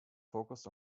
focused